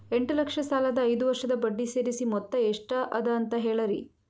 ಎಂಟ ಲಕ್ಷ ಸಾಲದ ಐದು ವರ್ಷದ ಬಡ್ಡಿ ಸೇರಿಸಿ ಮೊತ್ತ ಎಷ್ಟ ಅದ ಅಂತ ಹೇಳರಿ?